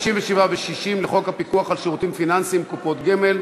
57 ו-60 לחוק הפיקוח על שירותים פיננסיים (קופות גמל),